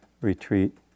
retreat